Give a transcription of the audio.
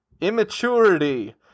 Immaturity